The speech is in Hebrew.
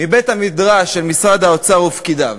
מבית-המדרש של משרד האוצר ופקידיו.